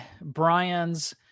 Brian's